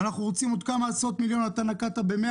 אנחנו רוצים עוד כמה עשרות מיליונים אתה נקטת ב-100